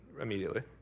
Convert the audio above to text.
immediately